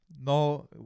No